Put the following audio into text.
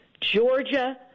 Georgia